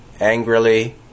angrily